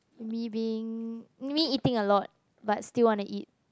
me being me eating a lot but still want to eat